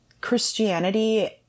Christianity